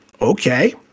Okay